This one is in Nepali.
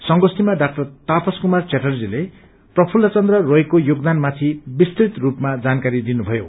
संगोष्ठीमा डाक्टर तापस कुमार च्याटर्जीले प्रफूल्लचन्द्र रोयको योगदानमाथि विस्तृत रूपमा जानकारी दिनु भयो